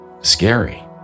Scary